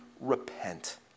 Repent